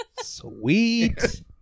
Sweet